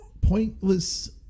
Pointless